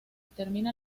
termina